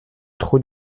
trot